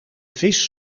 vis